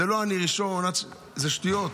זה לא אני ראשון, זה שטויות.